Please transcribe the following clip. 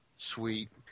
sweet